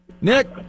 Nick